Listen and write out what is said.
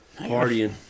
partying